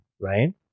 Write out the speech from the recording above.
right